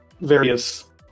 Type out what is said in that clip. various